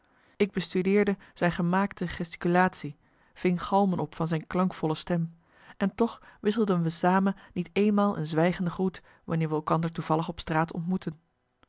ik bestudeerde zijn gemaakte gesticulatie ving galmen op van zijn klankvolle stem en toch wisselden we samen niet eenmaal een zwijgende groet wanneer we elkander toevallig op straat ontmoetten